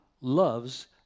loves